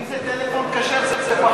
אם זה טלפון כשר זה פחות.